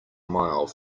mile